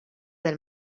del